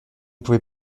pouvez